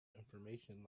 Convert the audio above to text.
information